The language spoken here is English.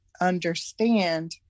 understand